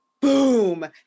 boom